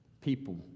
people